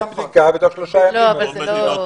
יעשו בדיקה ותוך שלושה ימים --- רוב המדינות